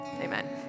Amen